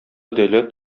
дәүләт